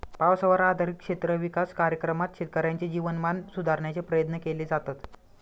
पावसावर आधारित क्षेत्र विकास कार्यक्रमात शेतकऱ्यांचे जीवनमान सुधारण्याचे प्रयत्न केले जातात